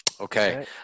Okay